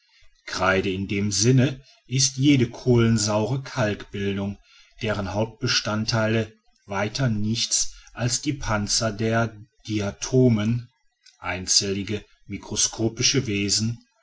kreide in dem sinne ist jede kohlensaure kalkbildung deren hauptbestandteile weiter nichts als die panzer der diatomen einzellige mikroskopische wesen